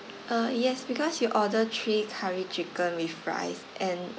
uh yes because you order three curry chicken with rice and